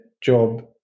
job